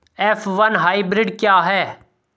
F one hybrid क्या है?